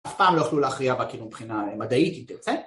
אף פעם לא יוכלו להכריע רק מבחינה מדעית אם תרצה